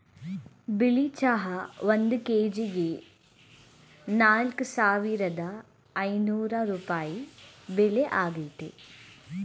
ಬಿಳಿ ಚಹಾ ಒಂದ್ ಕೆಜಿಗೆ ನಾಲ್ಕ್ ಸಾವಿರದ ಐನೂರ್ ರೂಪಾಯಿ ಬೆಲೆ ಆಗೈತೆ